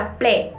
play